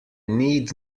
need